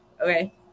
Okay